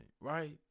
right